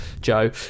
Joe